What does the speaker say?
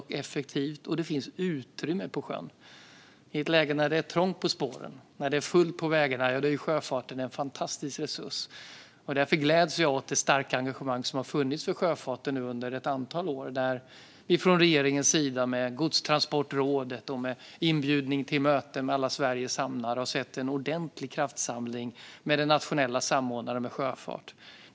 Det är också så att det finns utrymme på sjön. I ett läge när det är trångt på spåren och fullt på vägarna är sjöfarten en fantastisk resurs. Därför gläds jag åt det starka engagemang som har funnits för sjöfarten under ett antal år. Från regeringens sida har vi gjort en ordentlig kraftsamling med Godstransportrådet, inbjudan till möte med alla Sveriges hamnar och den nationella samordnaren för sjöfart.